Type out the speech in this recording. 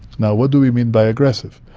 now, what do we mean by aggressive?